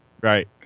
Right